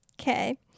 Okay